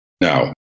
Now